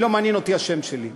לא מעניין אותי השם שלי,